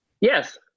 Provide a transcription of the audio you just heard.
Yes